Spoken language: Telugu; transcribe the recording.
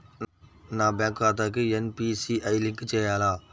నా బ్యాంక్ ఖాతాకి ఎన్.పీ.సి.ఐ లింక్ చేయాలా?